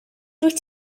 dwyt